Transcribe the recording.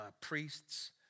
priests